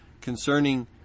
concerning